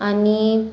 आनी